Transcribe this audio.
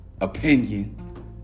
opinion